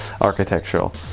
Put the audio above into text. architectural